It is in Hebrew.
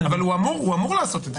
אבל הוא אמור לעשות את זה.